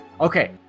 okay